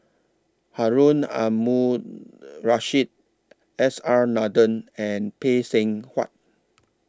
Harun Aminurrashid S R Nathan and Phay Seng Whatt